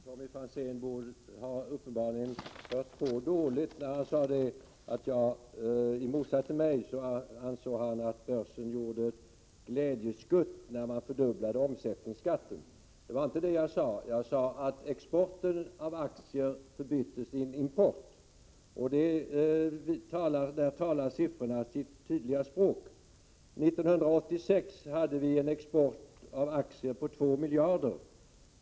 Herr talman! Tommy Franzén har uppenbarligen hört på dåligt, eftersom han sade att han i motsats till mig ansåg att börsen gjorde ett glädjeskutt när man fördubblade omsättningsskatten. Det var inte det jag sade. Jag sade att exporten av aktier förbyttes i en import, och där talar siffrorna sitt tydliga språk. 1986 hade vi en export av aktier på 2 miljarder kronor.